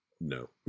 No